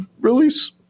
release